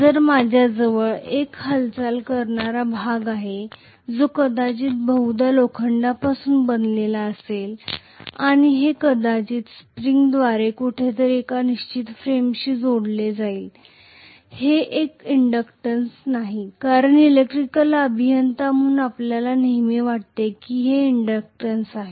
तर माझ्या जवळ एक हालचाल करणारा भाग आहे जो कदाचित बहुधा लोखंडापासून बनलेले असेल आणि हे कदाचित स्प्रिंगद्वारे कुठेतरी एका निश्चित फ्रेमशी जोडले जाईल हे एक इंडक्टन्स नाही कारण इलेक्ट्रिकल अभियंता म्हणून आपल्याला नेहमी वाटते की ते एक इंडक्टन्स आहे